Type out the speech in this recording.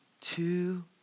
two